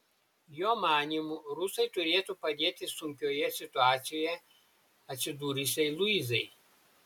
jo manymu rusai turėtų padėti sunkioje situacijoje atsidūrusiai luizai